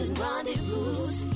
rendezvous